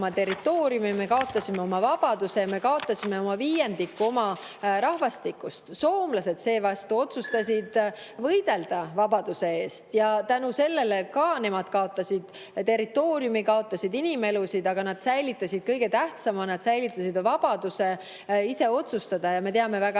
territooriumi, me kaotasime oma vabaduse, me kaotasime viiendiku oma rahvastikust. Soomlased seevastu otsustasid võidelda vabaduse eest. Ka nemad kaotasid territooriumi, kaotasid inimelusid, aga nad säilitasid kõige tähtsama – nad säilitasid vabaduse ise otsustada. Ja me teame väga